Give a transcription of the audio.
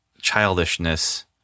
Childishness